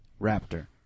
Raptor